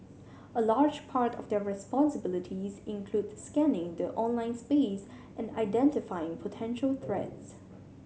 a large part of their responsibilities includes scanning the online space and identifying potential threats